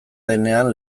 denean